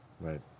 Right